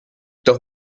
doch